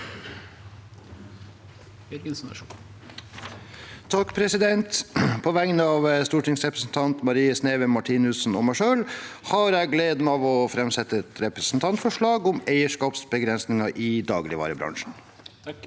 (R) På vegne av stor- tingsrepresentanten Marie Sneve Martinussen og meg selv har jeg gleden av å framsette et representantforslag om eierskapsbegrensninger i dagligvarebransjen.